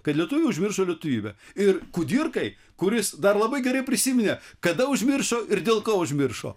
kad lietuviai užmiršo lietuvybę ir kudirkai kuris dar labai gerai prisiminė kada užmiršo ir dėl ko užmiršo